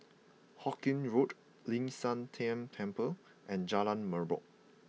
Hawkinge Road Ling San Teng Temple and Jalan Merbok